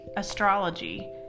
astrology